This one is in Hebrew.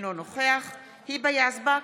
אינו נוכח היבה יזבק,